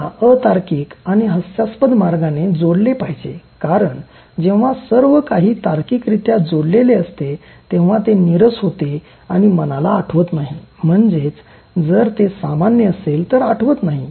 त्यांना अतार्किक आणि हास्यास्पद मार्गाने जोडले पाहिजे कारण जेव्हा सर्व काही तार्किकरित्या जोडलेले असते तेव्हा ते नीरस होते आणि मनाला आठवत नाही म्हणजेच जर ते सामान्य असेल तर आठवत नाही